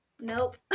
Nope